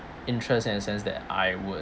interest in the sense that I would